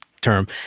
term